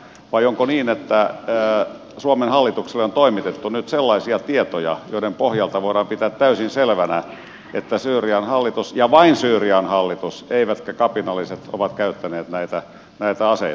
vai onko niin että suomen hallitukselle on toimitettu nyt sellaisia tietoja joiden pohjalta voidaan pitää täysin selvänä että syyrian hallitus ja vain syyrian hallitus eivätkä kapinalliset on käyttänyt näitä aseita